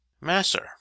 Masser